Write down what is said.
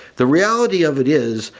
the reality of it is,